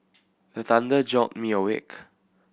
the thunder jolt me awake